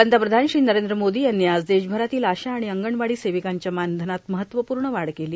पंतप्रधान श्री नरेंद्र मोदी यांनी आज देशभरातील आशा आणि अंगणवाडी सेविकांच्या मानधनात महत्वपूर्ण वाढ केली